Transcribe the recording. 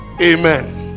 Amen